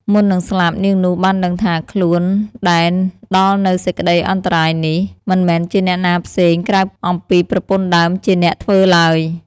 មុននឹងស្លាប់ នាងនោះបានដឹងថា "ខ្លួនដែលដល់នូវសេចក្តីអន្តរាយនេះ មិនមែនជាអ្នកណាផ្សេង ក្រៅអំពីប្រពន្ធដើមជាអ្នកធ្វើឡើយ"។